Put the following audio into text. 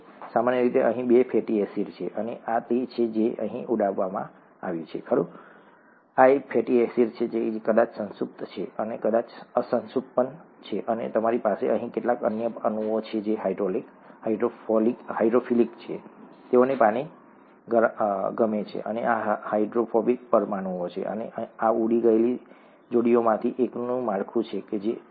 સામાન્ય રીતે અહીં બે ફેટી એસિડ્સ છે અને આ તે છે જે અહીં ઉડાડવામાં આવ્યું છે ખરું આ ફેટી એસિડ્સ છે આ કદાચ સંતૃપ્ત છે આ કદાચ અસંતૃપ્ત છે અને તમારી પાસે અહીં કેટલાક અન્ય અણુઓ છે જે હાઇડ્રોફિલિક છે તેઓને પાણી ગમે છે અને આ હાઇડ્રોફોબિક પરમાણુઓ છે અને આ ઉડી ગયેલી જોડીમાંથી એકનું માળખું છે ઠીક છે